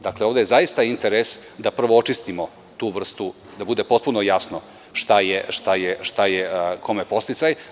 Dakle, ovde je zaista interes da prvo očistimo tu vrstu, da bude potpuno jasno šta je kome podsticaj.